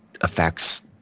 affects